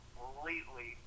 completely